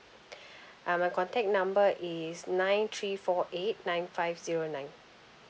uh my contact number is nine three four eight nine five zero nine